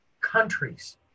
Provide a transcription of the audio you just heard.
countries